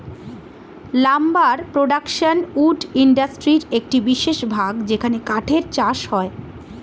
lumber production wood ইন্ডাস্ট্রির একটি বিশেষ ভাগ যেখানে কাঠের চাষ হয়